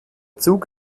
zug